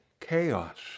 chaos